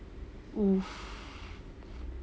!oof!